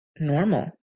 normal